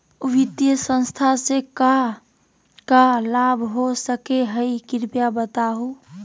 वित्तीय संस्था से का का लाभ हो सके हई कृपया बताहू?